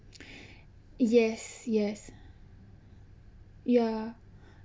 yes yes ya